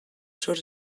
sor